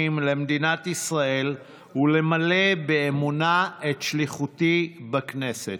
למדינת ישראל ולמלא באמונה את שליחותי בכנסת.